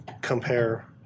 compare